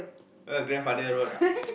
uh grandfather road ah